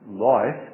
life